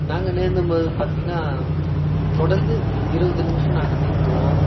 நாங்கள் நீந்தும்போது பார்த்திங்கன்னா தொடர்ந்து இருபது நிமிடம் நாங்கள் நீந்துவோம்